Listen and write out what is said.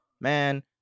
man